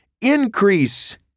increase